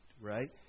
Right